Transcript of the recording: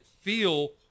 feel